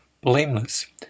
blameless